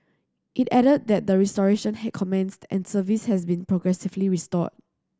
it added that the restoration had commenced and service has been progressively restored